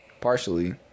Partially